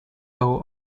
law